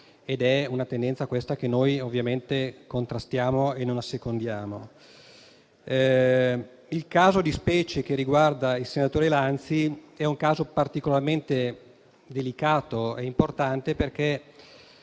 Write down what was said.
Il caso di specie, che riguarda il senatore Lanzi, è un caso particolarmente delicato e importante, perché